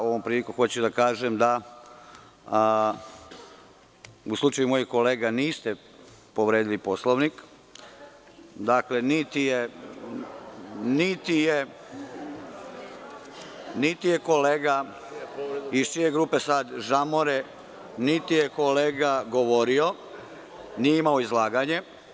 Ovom prilikom hoću da kažem da u slučaju mojih kolega niste povredili Poslovnik, niti je kolega iz čije grupe sada žamore govorio, nije imao izlaganje.